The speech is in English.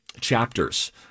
chapters